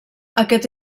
aquest